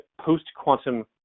post-quantum